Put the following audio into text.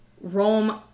Rome